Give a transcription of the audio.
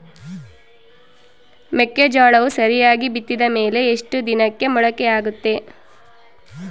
ಮೆಕ್ಕೆಜೋಳವು ಸರಿಯಾಗಿ ಬಿತ್ತಿದ ಮೇಲೆ ಎಷ್ಟು ದಿನಕ್ಕೆ ಮೊಳಕೆಯಾಗುತ್ತೆ?